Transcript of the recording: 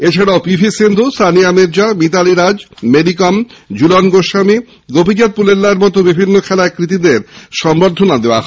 এছাড়া P V Sindhu Sania Mirza Mithali Raj Mary Kom Jhulan Goswami Gopichand পুল্লেলার মত বিভিন্ন খেলায় কৃতীদের সংবর্ধনা দেওয়া হয়